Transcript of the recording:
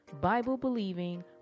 Bible-believing